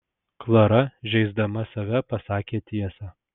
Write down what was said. klara žeisdama save pasakė tiesą